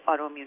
autoimmune